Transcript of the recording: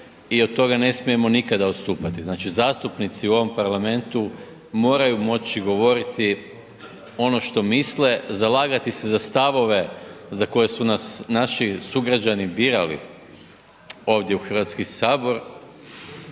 i od toga ne smijemo nikada odstupati. Znači zastupnici u ovom parlamentu moraju moći govoriti ono što misle, zalagati se za stavove za koje su nas naši sugrađani birali ovdje u Hrvatski sabor